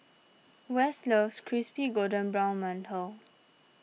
Wess loves Crispy Golden Brown Mantou